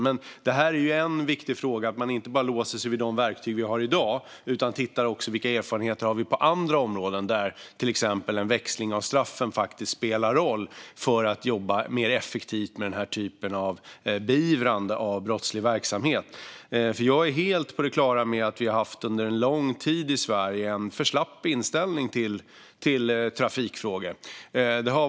Men det är viktigt att inte låsa sig vid de verktyg som vi har i dag utan också titta på erfarenheter från andra områden, till exempel att en växling av straffen faktiskt spelar roll för att jobba mer effektivt med den typen av beivrande av brottslig verksamhet. Jag är helt på det klara med att vi i Sverige under lång tid har haft en för slapp inställning till trafikfrågor.